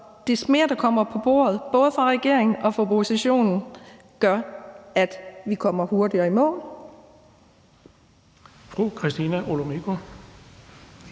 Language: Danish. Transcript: jo mere der kommer på bordet, både fra regeringen og fra oppositionen, jo hurtigere kommer